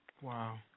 Wow